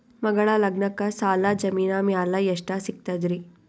ಮಗಳ ಲಗ್ನಕ್ಕ ಸಾಲ ಜಮೀನ ಮ್ಯಾಲ ಎಷ್ಟ ಸಿಗ್ತದ್ರಿ?